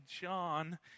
John